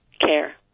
care